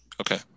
Okay